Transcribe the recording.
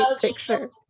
picture